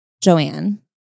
Joanne